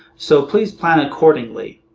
so please plan accordingly.